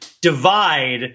divide